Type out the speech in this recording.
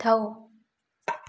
ꯃꯊꯧ